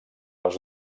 els